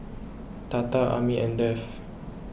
Tata Amit and Dev